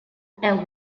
white